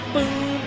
Boom